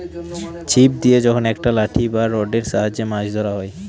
ছিপ দিয়ে যখন একটা লাঠি বা রডের সাহায্যে মাছ ধরা হয়